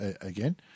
again